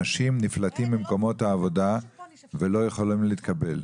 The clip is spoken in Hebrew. אנשים נפלטים ממקומות העבודה ולא יכולים להתקבל.